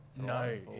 No